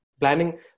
planning